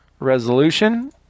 Resolution